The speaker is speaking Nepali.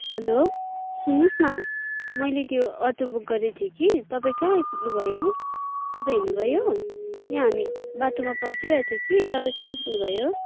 हेलो सुन्नुहोस् न मैले त्यो अटो बुक गरेको थिएँ कि तपाईँ कहाँ आइपुग्नुभयो तपाईँ हिँड्नुभयो यहाँ हामी बाटोमा पर्खिरहेका थियौँ कि तपाईँ कहाँ आइपुग्नुभयो